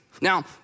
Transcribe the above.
Now